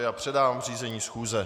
A předávám řízení schůze.